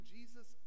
Jesus